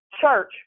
church